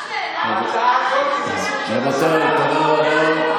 אתה רוצה לראות את מודעת האבל שפרסמו על תמר?